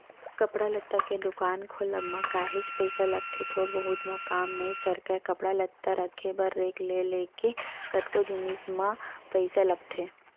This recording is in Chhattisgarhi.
कपड़ा लत्ता के दुकान खोलब म काहेच पइसा लगथे थोर बहुत म काम नइ सरकय कपड़ा लत्ता रखे बर रेक ले लेके कतको जिनिस म पइसा लगथे